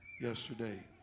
yesterday